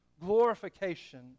glorification